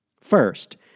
First